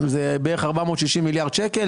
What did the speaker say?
שזה בערך 460 מיליארד שקל,